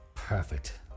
Perfect